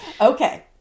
Okay